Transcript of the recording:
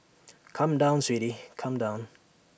come down sweetie come down